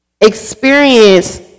experience